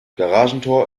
garagentor